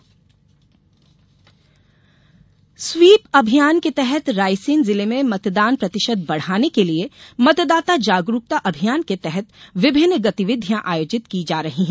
मतदाता जागरूकता स्वीप अभियान के तहत रायसेन जिले में मतदान प्रतिशत बढ़ाने के लिए मतदाता जागरूकता अभियान के तहत विभिन्न गतिविधियां आयोजित की जा रही है